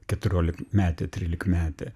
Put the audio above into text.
keturiolikmetė trylikmetė